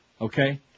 okay